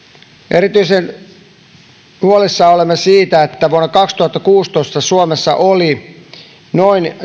erityisen huolissamme olemme siitä että vuonna kaksituhattakuusitoista suomessa oli noin